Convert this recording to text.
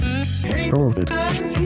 COVID